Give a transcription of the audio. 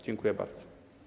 Dziękuję bardzo.